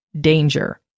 danger